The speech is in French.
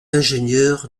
ingénieur